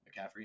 McCaffrey